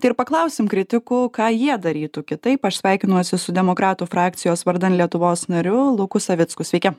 tai ir paklausim kritikų ką jie darytų kitaip aš sveikinuosi su demokratų frakcijos vardan lietuvos nariu luku savicku sveiki